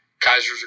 Kaiser's